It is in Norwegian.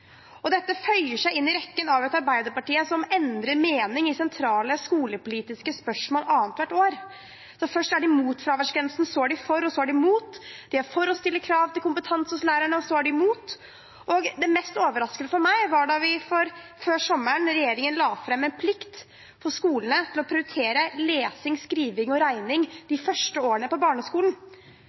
og skole opp på topp syv-listen. Dette føyer seg inn i rekken av sentrale skolepolitiske spørsmål hvor Arbeiderpartiet endrer mening annethvert år. Først er de imot fraværsgrensen, så er det for, og så er de imot igjen. De er for å stille krav til kompetanse hos lærerne, og så er de imot. Det mest overraskende for meg var da regjeringen før sommeren la fram forslag om en plikt for skolene til å prioritere lesing, skriving og regning de første årene på barneskolen.